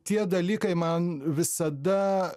tie dalykai man visada